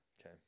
Okay